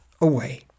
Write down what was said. away